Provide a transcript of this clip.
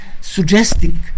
suggesting